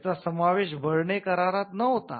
यांचा समावेश बर्ने करारात नव्हता